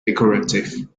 decorative